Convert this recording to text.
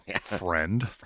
friend